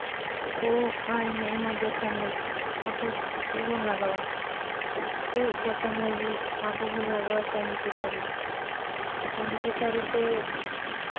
ᱩᱵ ᱟᱨ ᱢᱮᱫᱦᱟ ᱡᱚᱛᱚᱱ ᱞᱟᱹᱜᱤᱫ ᱟᱵᱚ ᱪᱮᱫ ᱪᱮᱫ ᱵᱚᱱ ᱞᱟᱜᱟᱣᱟ ᱩᱵ ᱡᱚᱛᱚᱱ ᱞᱟᱹᱜᱤᱫ ᱟᱵᱚ ᱵᱚᱱ ᱞᱟᱜᱟᱣᱟ ᱴᱟᱺᱰᱤ ᱠᱮᱥᱟᱨᱤ ᱴᱟᱺᱰᱤ ᱠᱮᱥᱟᱨᱤ ᱛᱮ